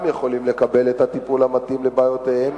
יכולים לקבל את הטיפול המתאים בבעיותיהם